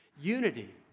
unity